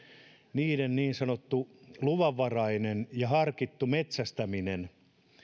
niiden niin sanottua luvanvaraista ja harkittua metsästämistä